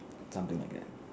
something like that